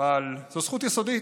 אבל זאת זכות יסודית.